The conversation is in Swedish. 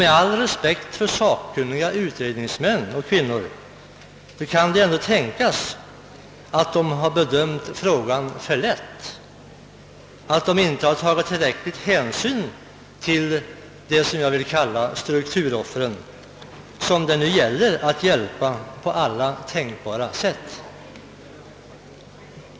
Med all respekt för sakkunniga män och kvinnor kan det ändå tänkas att utredningen bedömt frågan litet för lättvindigt och inte tagit tillräcklig hänsyn till vad jag skulle vilja kalla strukturoffren, som det gäller att hjälpa på alla tänkbara sätt.